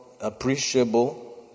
appreciable